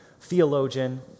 theologian